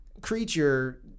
creature